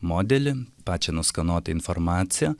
modelį pačią nuskanuotą informaciją